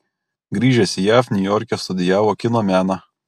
grįžęs į jav niujorke studijavo kino meną